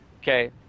okay